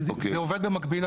זה עובד במקביל.